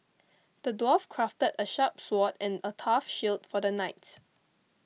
the dwarf crafted a sharp sword and a tough shield for the knights